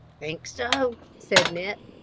think so, said nip.